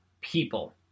people